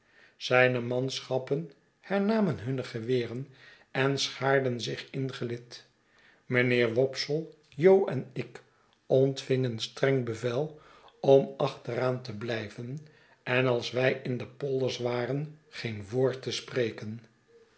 zijne manschappen hernamen hunne geweren en schaarden zich in gelid mijnheer wopsle jo en ik ontvingen streng bevel om achteraan te blijven en als wij in de polders waren geen woord te spreken